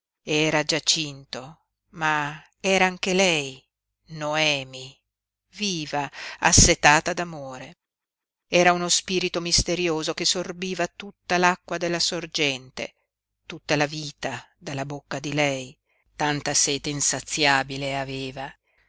era giacinto ma era anche lei noemi viva assetata d'amore era uno spirito misterioso che sorbiva tutta l'acqua della sorgente tutta la vita dalla bocca di lei tanta sete insaziabile aveva